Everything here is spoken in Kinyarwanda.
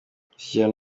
imishyikirano